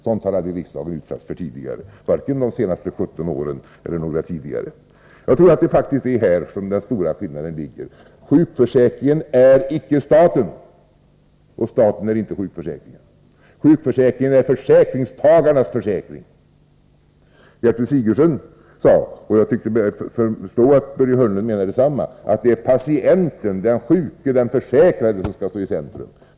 Sådant har riksdagen aldrig utsatts för tidigare, varken under de senaste 17 åren eller tidigare. Jag tror alltså att det är här som den stora skillnaden ligger. Sjukförsäkringen är icke staten, och staten är icke sjukförsäkringen. Sjukförsäkringen är försäkringstagarnas försäkring. Gertrud Sigurdsen sade — och jag tyckte mig förstå att Börje Hörnlund menar detsamma — att det är patienten, den sjuke, den försäkrade, som skall stå i centrum.